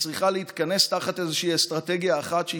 וצריכה להתכנס תחת איזושהי אסטרטגיה אחת.